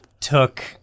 took